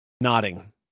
nodding